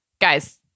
Guys